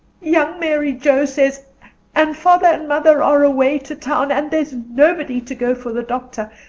young mary joe says and father and mother are away to town and there's nobody to go for the doctor.